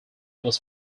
was